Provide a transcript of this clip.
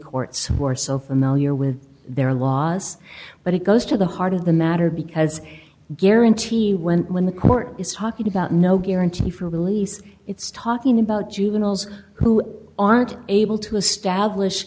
courts who are so familiar with their laws but it goes to the heart of the matter because guarantee when when the court is talking about no guarantee for release it's talking about juveniles who aren't able to establish